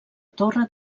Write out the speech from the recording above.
torre